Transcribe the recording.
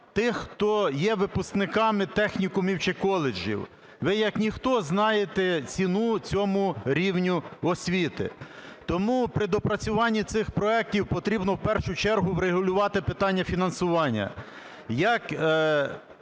тих, хто є випускниками технікумів чи коледжів. Ви як ніхто знаєте ціну цьому рівню освіти, тому при доопрацюванні цих проектів потрібно в першу чергу врегулювати питання фінансування.